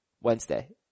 Wednesday